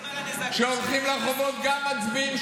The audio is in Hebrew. אנחנו עוד עובדים על הנזקים